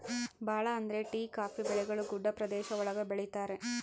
ಭಾಳ ಅಂದ್ರೆ tea coffee ಬೆಳೆಗಳು ಗುಡ್ಡ ಪ್ರದೇಶ ಒಳಗ ಬೆಳಿತರೆ